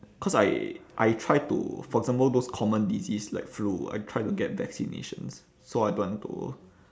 cause I I try to for example those common disease like flu I try to get vaccinations so I don't want to